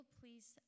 please